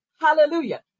Hallelujah